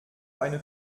eine